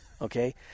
Okay